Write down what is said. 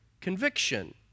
conviction